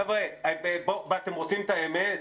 חבר'ה, אתם רוצים את האמת?